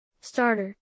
Starter